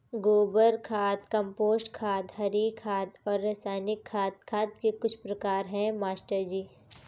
गोबर खाद कंपोस्ट खाद हरी खाद और रासायनिक खाद खाद के कुछ प्रकार है मास्टर जी